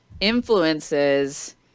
influences